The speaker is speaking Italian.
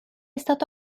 stato